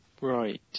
Right